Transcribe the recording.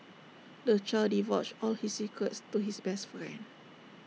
the child divulged all his secrets to his best friend